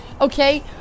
okay